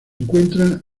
encuentra